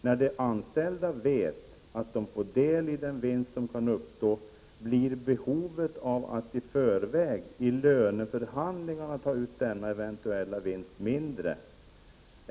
När de anställda vet att de får del i den vinst som kan uppstå blir behovet att i förväg i löneförhandlingarna ta ut denna eventuella vinst mindre.